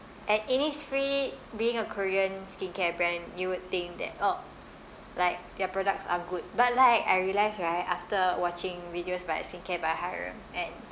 at Innisfree being a korean skincare brand you would think that oh like their products are good but like I realise right after watching videos by skincare by hyram and